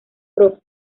prof